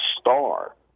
star